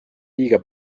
liiga